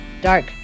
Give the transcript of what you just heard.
dark